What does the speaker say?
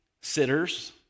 sitters